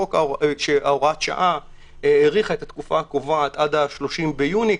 כשהוראת השעה האריכה את התקופה הקובעת עד ה-30 ביוני,